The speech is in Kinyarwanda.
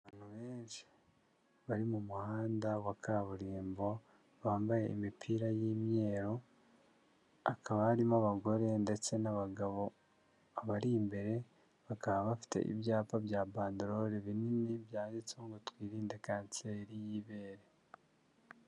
Abantu benshi bari mu muhanda wa kaburimbo bambaye imipira y'imyeru, hakaba harimo abagore ndetse n'abagabo, abari imbere bakaba bafite ibyapa bya bandelole binini byanditseho ngo twirinde kanseri y'ibere.